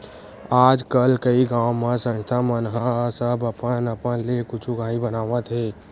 आजकल कइ गाँव म संस्था मन ह सब अपन अपन ले कुछु काही बनावत हे